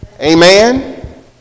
amen